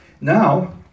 Now